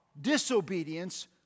disobedience